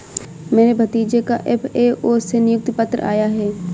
मेरे भतीजे का एफ.ए.ओ से नियुक्ति पत्र आया है